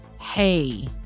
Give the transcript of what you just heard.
Hey